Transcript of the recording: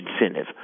incentive